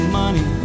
money